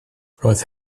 roedd